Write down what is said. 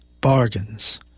bargains